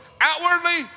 Outwardly